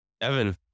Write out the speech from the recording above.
Evan